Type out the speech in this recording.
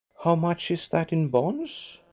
how much is that in bonds?